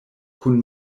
kun